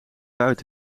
buit